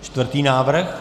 Čtvrtý návrh.